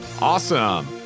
Awesome